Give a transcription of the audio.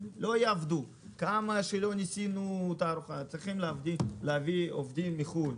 כמה שלא ניסינו צריכים להביא עובדים מחו"ל.